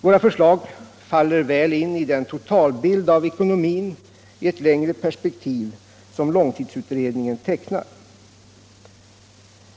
Våra förslag faller väl in i den totalbild av ekonomin i ett längre perspektiv som långtidsutredningen har tecknat.